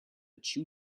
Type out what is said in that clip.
chew